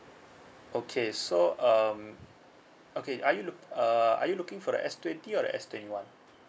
okay so um okay are you look uh are you looking for the S twenty or S twenty one